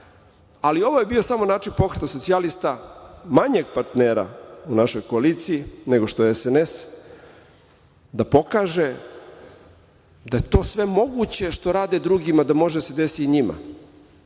ali ovo je bio samo način Pokreta socijalista, manjeg partnera u našoj koaliciji nego što je SNS, da pokaže da je to sve moguće što rade drugima da može se desi i njima. Mi